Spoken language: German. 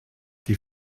die